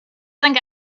think